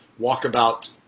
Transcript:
walkabout